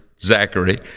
Zachary